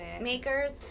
makers